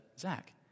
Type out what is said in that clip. Zach